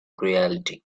cruelty